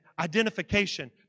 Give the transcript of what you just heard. Identification